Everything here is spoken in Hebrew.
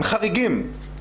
הם חריגים.